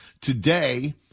today